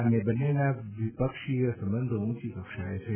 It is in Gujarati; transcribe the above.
અને બંનેના વિપક્ષીય સંબંધો ઉંચી કક્ષાએ છે